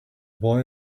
boy